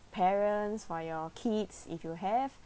parents for your kids if you have